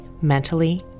mentally